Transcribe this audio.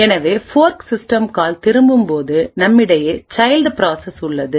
எனவே fork system calls திரும்பும்போது நம்மிடையே சைல்ட் ப்ராசஸ் உள்ளது